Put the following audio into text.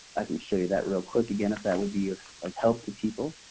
i can show you that real quick again if that would be of help to people.